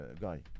guy